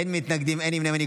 אין מתנגדים, אין נמנעים.